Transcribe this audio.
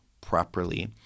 properly